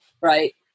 right